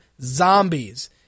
zombies